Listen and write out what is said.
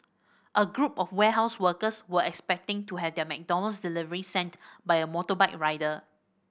a group of warehouse workers were expecting to have their McDonald's delivery sent by a motorbike rider